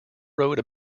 wrote